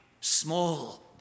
small